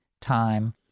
time